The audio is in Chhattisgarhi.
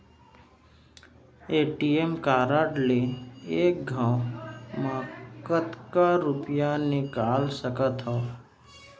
ए.टी.एम कारड ले एक घव म कतका रुपिया निकाल सकथव?